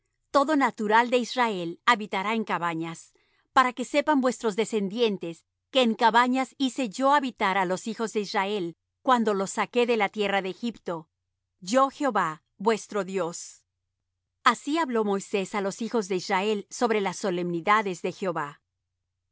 todo natural de israel habitará en cabañas para que sepan vuestros descendientes que en cabañas hice yo habitar á los hijos de israel cuando los saqué de la tierra de egipto yo jehová vuestro dios así habló moisés á los hijos de israel sobre las solemnidades de jehová